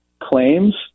claims